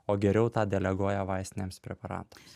o geriau tą deleguoja vaistiniams preparatams